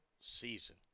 season